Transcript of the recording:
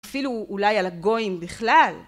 אפילו אולי על הגויים בכלל.